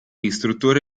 istruttore